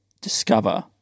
discover